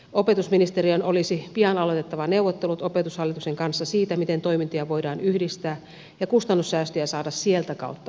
opetusministeriön olisi pian aloitettava neuvottelut opetushallituksen kanssa siitä miten toimintoja voidaan yhdistää ja kustannussäästöjä saada sitä kautta aikaan